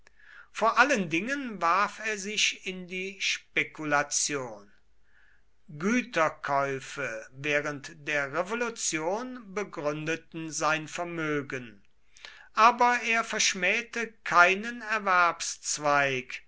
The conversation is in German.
vor allen dingen warf er sich in die spekulation güterkäufe während der revolution begründeten sein vermögen aber er verschmähte keinen